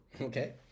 Okay